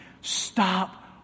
stop